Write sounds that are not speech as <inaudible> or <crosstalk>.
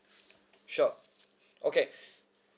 sure okay <breath>